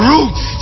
Roots